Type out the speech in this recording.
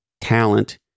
talent